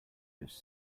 just